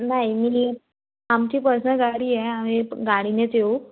नाही मी नी आमची पर्सनल गाडी आहे आम्ही प गाडीनेच येऊ